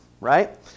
Right